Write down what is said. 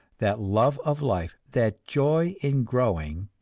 that love of life, that joy in growing,